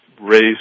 raise